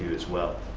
as well.